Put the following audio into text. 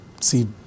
see